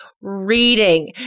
reading